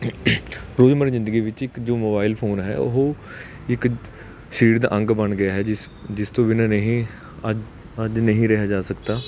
ਰੋਜਮਰਾ ਦੀ ਜ਼ਿੰਦਗੀ ਵਿੱਚ ਇੱਕ ਜੋ ਮੋਬਾਈਲ ਫੋਨ ਹੈ ਉਹ ਇੱਕ ਸਰੀਰ ਦਾ ਅੰਗ ਬਣ ਗਿਆ ਹੈ ਜਿਸ ਜਿਸ ਤੋਂ ਬਿਨਾਂ ਨਹੀਂ ਅ ਅੱਜ ਨਹੀਂ ਰਿਹਾ ਜਾ ਸਕਦਾ